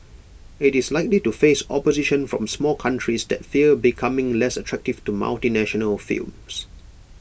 IT is likely to face opposition from small countries that fear becoming less attractive to multinational films